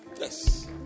Yes